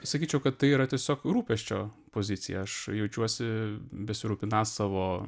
sakyčiau kad tai yra tiesiog rūpesčio pozicija aš jaučiuosi besirūpinąs savo